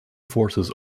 forces